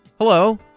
hello